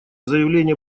заявления